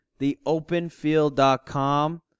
theopenfield.com